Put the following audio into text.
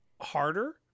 harder